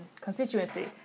constituency